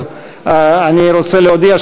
אז אני רוצה להודיע,